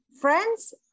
friends